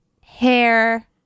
Hair